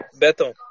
Beto